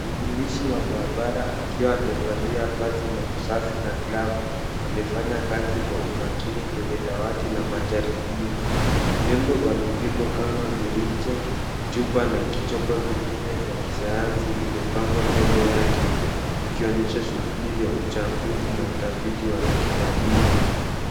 Mtumishi wa mahabara akiwa amevalia vazi la usafi na glavu, amefanya kazi kwa umakini kwenye dawati la majaribio. Viombo vya vipimo kama mirija, chupa na vipmbo vingine vya kisayansi vimepqngwa mbele yake, vikonyesha shughuli za uchambuzi na utafiti wa kitabibu.